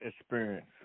experience